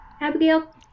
Abigail